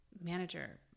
manager